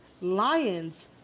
lions